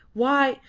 why!